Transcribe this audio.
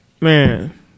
man